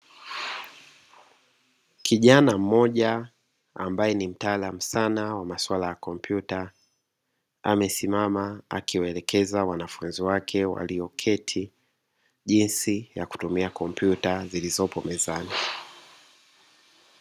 Kijana mmoja ambaye ni mtaalamu saana wa masuala ya kompyuta, amesimama akiwaelekeza wanafunzi wake walioketi jinsi ya kutumia kompyuta zilizopo mezani.